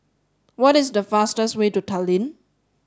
what is the fastest way to Tallinn